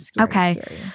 okay